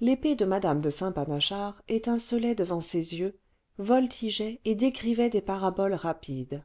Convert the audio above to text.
l'épée de mme de saint panachard étincelait devant ses yeux voltigeait et décrivait des paraboles rapides